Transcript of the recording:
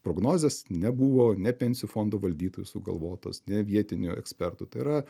prognozės nebuvo ne pensijų fondų valdytojų sugalvotos ne vietinių ekspertų tai yra